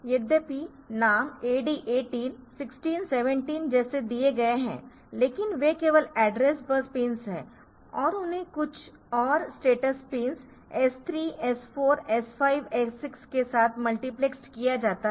यद्यपि नाम AD18 16 17 जैसे दिए गए है लेकिन वे केवल एड्रेस बस पिन्स है और उन्हें कुछ और status pins S3 S4 S5 S6 के साथ मल्टीप्लेसड किया जाता है